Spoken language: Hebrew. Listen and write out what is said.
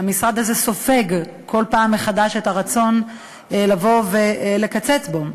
המשרד הזה סופג בכל פעם מחדש את הרצון לבוא ולקצץ בו,